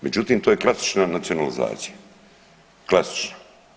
Međutim, to je klasična nacionalizacija, klasična.